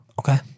Okay